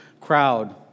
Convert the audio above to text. crowd